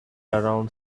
around